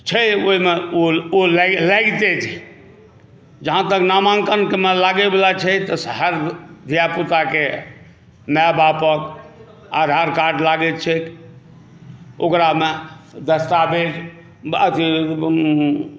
छै ओहिमे ओ लागि जाइत छै जहाँ तक नामाङ्कनमे लागैवला छै तऽ हर धिया पुताके माय बापक आधारकार्ड लागैत छैक ओकरामे दस्तावेज अथी